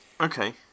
okay